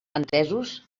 entesos